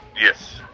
Yes